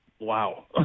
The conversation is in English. wow